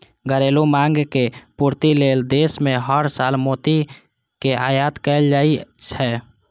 घरेलू मांगक पूर्ति लेल देश मे हर साल मोती के आयात कैल जाइ छै